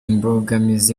mbogamizi